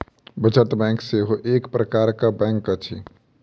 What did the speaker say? बचत बैंक सेहो एक प्रकारक बैंक अछि